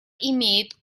имеет